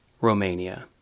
Romania